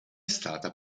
stata